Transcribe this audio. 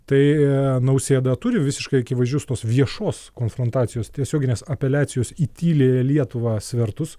tai nausėda turi visiškai akivaizdžius tos viešos konfrontacijos tiesioginės apeliacijos į tyliąją lietuvą svertus